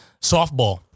softball